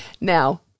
Now